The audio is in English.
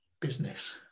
business